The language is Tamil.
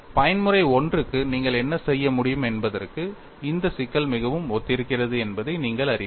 பயன்முறை I க்கு நீங்கள் என்ன செய்ய முடியும் என்பதற்கு இந்த சிக்கல் மிகவும் ஒத்திருக்கிறது என்பதை நீங்கள் அறிவீர்கள்